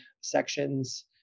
sections